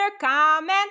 comment